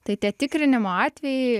tai tie tikrinimo atvejai